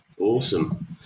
Awesome